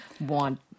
want